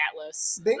Atlas